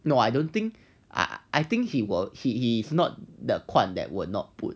no I don't think I think he will he not the 款 that will not put